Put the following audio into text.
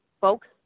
folks